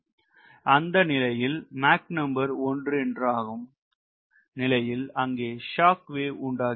அந்த நிலையில் Mach number 1 என்று ஆகும் நிலையில் அங்கே ஷாக் வேவ் உண்டாகிறது